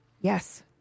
Yes